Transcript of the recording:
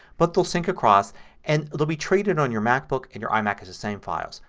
but they'll sync across and will be treated on your macbook and your imac as the same files.